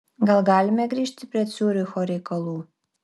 gal galime grįžti prie ciuricho reikalų